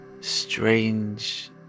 strange